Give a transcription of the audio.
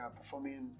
performing